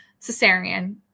cesarean